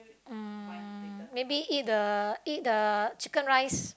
um maybe eat the eat the chicken rice